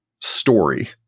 story